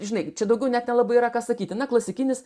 žinai čia daugiau net nelabai yra ką sakyti na klasikinis